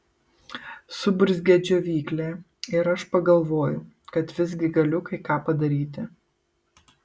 suburzgia džiovyklė ir aš pagalvoju kad visgi galiu kai ką padaryti